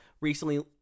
recently